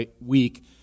week